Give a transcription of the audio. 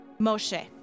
Moshe